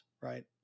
right